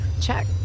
Check